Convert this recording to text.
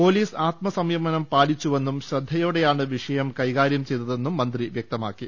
police ആത്മ സംയമനം പാലിച്ചുവെന്നും ശ്രദ്ധയോടെയാണ് വിഷയം കൈകാര്യം ചെയ്തതെന്നും മന്ത്രി വൃക്തമാക്കി